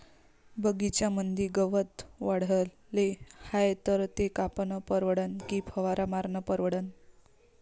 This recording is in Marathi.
बगीच्यामंदी गवत वाढले हाये तर ते कापनं परवडन की फवारा मारनं परवडन?